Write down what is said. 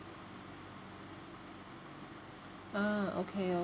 ah okay